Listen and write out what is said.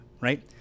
Right